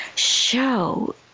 Show